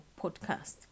podcast